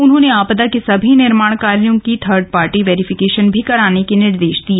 उन्होंने आपदा के सभी निर्माण कार्यों की थर्ड पार्टी वेरीफिकेशन भी कराने के निर्देश दिए